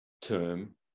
term